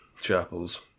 Chapels